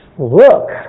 look